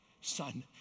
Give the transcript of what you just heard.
son